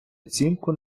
оцінку